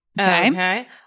Okay